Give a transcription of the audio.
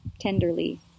tenderly